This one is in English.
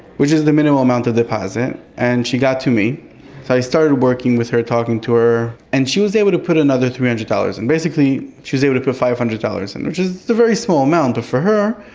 which is the minimum amount of deposit and she got to me, so i started working with her, talking to her. and she was able to put another three hundred dollars in, basically she was able to put five hundred dollars in, which is a very small amount, but for her,